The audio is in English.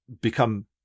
become